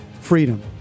freedom